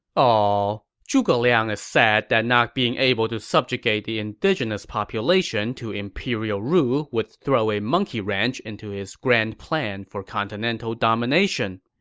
zhuge liang is sad that not being able to subjugate the indigenous population to imperial rule would throw a monkey wrench into his grand plan for continental domination.